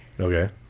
okay